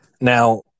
Now